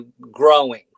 growing